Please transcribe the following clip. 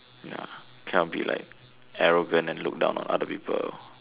ya cannot be like arrogant and look down on other people